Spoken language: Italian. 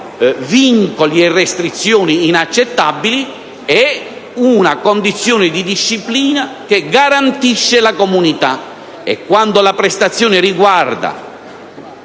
vincoli e restrizioni inaccettabili, è una condizione di disciplina che garantisce la comunità. E quando la prestazione riguarda